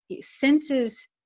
senses